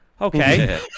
okay